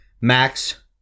Max